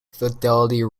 fidelity